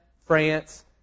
France